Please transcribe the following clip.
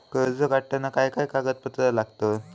कर्ज काढताना काय काय कागदपत्रा लागतत?